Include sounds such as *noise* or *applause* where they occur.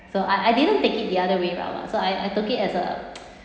so I I didn't take it the other way round lah so I I took it as a *noise*